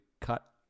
cut